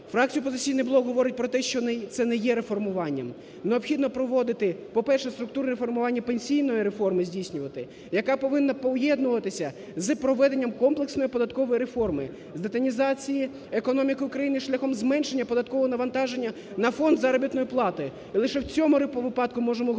Фракція "Опозиційний блок" говорить про те, що це не є реформуванням. Необхідно проводити, по-перше, структурні формування пенсійної реформи здійснювати, яка повинна поєднуватися з проведенням комплексної податкової реформи з детінізації економіки України шляхом зменшення податкового навантаження на фонд заробітної плати. І лише в цьому випадку можемо говорити